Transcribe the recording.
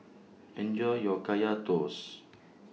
Enjoy your Kaya Toast